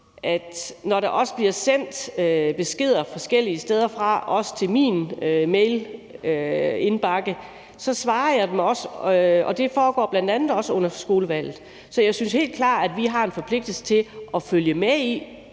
når der bliver sendt beskeder forskellige steder fra til min mailindbakke, svarer jeg dem, og det foregår bl.a. også under skolevalget. Så jeg synes helt klart, at vi har en forpligtelse til at følge med i,